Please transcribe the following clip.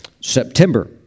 September